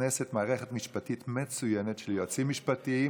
לכנסת מערכת משפטית מצוינת של יועצים משפטיים,